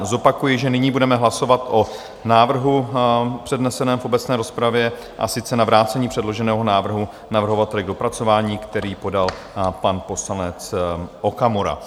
Zopakuji, že nyní budeme hlasovat o návrhu předneseném v obecné rozpravě, a sice na vrácení předloženého návrhu navrhovateli k dopracování, který podal pan poslanec Okamura.